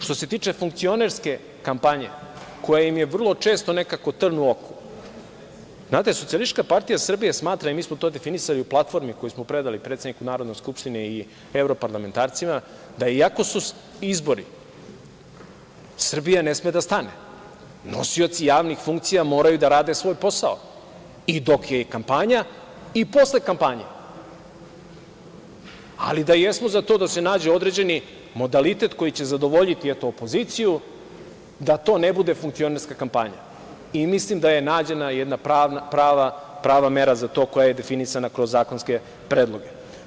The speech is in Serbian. Što se tiče funkcionerske kampanje koja im je vrlo često nekako trn u oku, znate SPS smatra i mi smo to definisali u platformi koju smo predali predsedniku Narodne skupštine i evroparlamentarcima da iako su izbori Srbija ne sme da stane, nosioci javni funkcija moraju da rade svoj posao i dok je i kampanja i posle kampanje, ali da jesmo za to da se nađe određeni modalitet koji će zadovoljiti opoziciju da to ne bude funkcionerska kampanja i mislim da je nađena jedna prava mera za to koja je definisana kroz zakonske predloge.